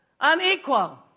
Unequal